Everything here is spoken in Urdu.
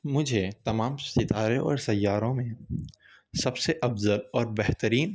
مجھے تمام ستارے اور سیاروں میں سب سے افضل اور بہترین